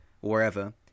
wherever